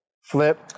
Flip